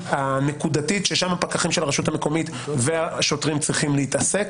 הנקודתית ששם הפקחים של הרשות המקומית והשוטרים צריכים להתעסק